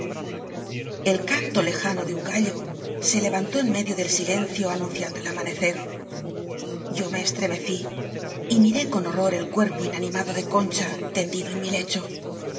pena e canto lejano de un gallo se levantó en medio del silencio anunciando el amanecer yo me estremecí y miré con horror el cuerpo ina nimado de concha tendido en mi lecho